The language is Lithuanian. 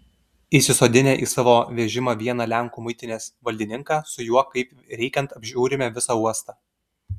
įsisodinę į savo vežimą vieną lenkų muitinės valdininką su juo kaip reikiant apžiūrime visą uostą